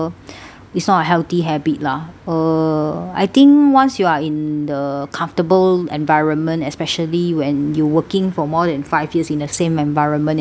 it's not a healthy habit lah uh I think once you are in the comfortable environment especially when you working for more than five years in the same environment and